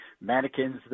Mannequins